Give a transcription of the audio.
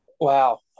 Wow